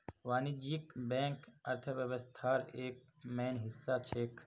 वाणिज्यिक बैंक अर्थव्यवस्थार एक मेन हिस्सा छेक